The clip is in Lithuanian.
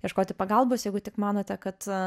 ieškoti pagalbos jeigu tik manote kad